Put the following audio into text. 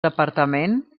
departament